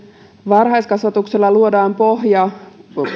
varhaiskasvatuksella luodaan pohja